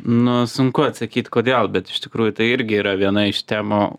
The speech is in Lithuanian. nu sunku atsakyt kodėl bet iš tikrųjų tai irgi yra viena iš temų